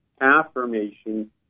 affirmation